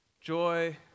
joy